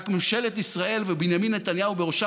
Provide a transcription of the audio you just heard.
רק ממשלת ישראל ובנימין נתניהו בראשה